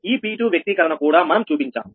ఈ P2 వ్యక్తీకరణ కూడా మనం చూపించాము